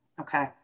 Okay